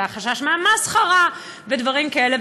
החשש מהמסחרה ודברים כאלה.